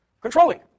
controlling